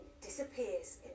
disappears